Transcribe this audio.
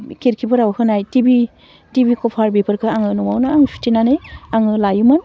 खिरखिफोराव होनाय टिभि कभार बेफोरखो आङो न'वावनो आं सुथेनानै आङो लायोमोन